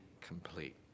complete